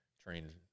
trained